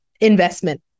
investment